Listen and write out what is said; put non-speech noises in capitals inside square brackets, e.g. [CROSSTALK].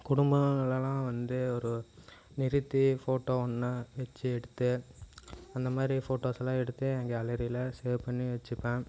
குடும்பம் [UNINTELLIGIBLE] வந்து ஒரு நிறுத்தி ஃபோட்டோ ஒன்றா வச்சு எடுத்து அந்த மாதிரி ஃபோட்டோஸ் எல்லாம் எடுத்து என் கேலரியில் சேவ் பண்ணி வச்சுப்பேன்